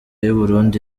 y’uburundi